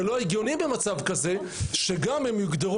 זה לא הגיוני במצב כזה שגם הם יוגדרו